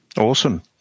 Awesome